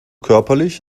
körperlich